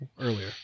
earlier